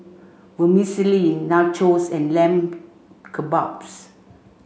Vermicelli Nachos and Lamb Kebabs